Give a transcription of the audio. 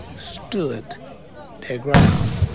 stood their ground.